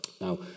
now